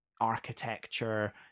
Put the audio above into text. architecture